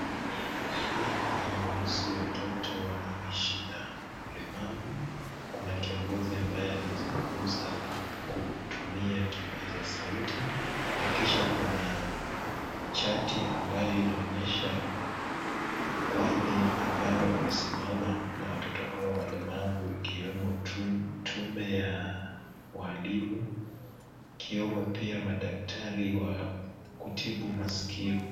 Ni hafla inayohusu watoto wanaoishi na ulemavu. Kuna kiongozi ambaye anazungumza kutumia kipaza sauti na kisha kuna chati ambayo inaonyesha wale ambao wamesimama na watoto hawa walemavu ikiwemo tume ya walimu, ikiwemo pia madaktari wakutibu masikio.